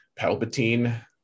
Palpatine